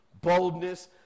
boldness